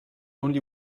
only